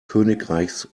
königreichs